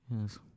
Yes